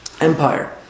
Empire